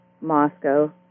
Moscow